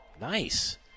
nice